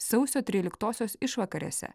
sausio tryliktosios išvakarėse